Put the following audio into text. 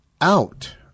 out